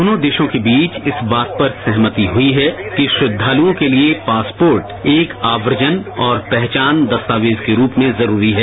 दोनों देशों के बीच इस बात पर सहमति हुई है कि श्रद्धालुओं के लिए पासपोर्ट एक आवर्जन और पहचान दस्तावेज के रूप में जरूरी है